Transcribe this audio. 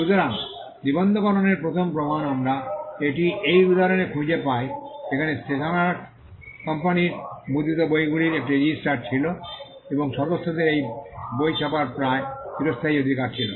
সুতরাং নিবন্ধকরণের প্রথম প্রমাণ আমরা এটি এই উদাহরণে খুঁজে পাই যেখানে স্টেশনেরস কোম্পানির মুদ্রিত বইগুলির একটি রেজিস্টার ছিল এবং সদস্যদের বই ছাপার প্রায় চিরস্থায়ী অধিকার ছিল